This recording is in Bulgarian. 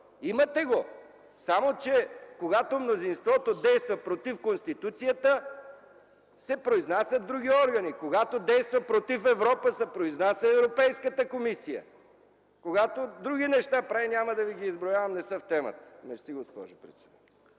Имате го! Само че когато мнозинството действа против Конституцията, се произнасят други органи. Когато действа против Европа, се произнася Европейската комисия. Когато прави други неща, няма да ви ги изброявам, не са в темата. Мерси, госпожо председател!